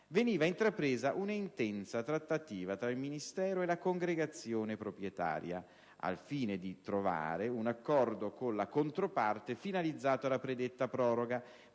veniva intrapresa una intensa trattativa tra il Ministero e la Congregazione proprietaria, al fine di trovare un accordo con la controparte finalizzato alla predetta proroga